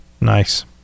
Nice